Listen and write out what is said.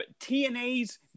TNA's